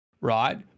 right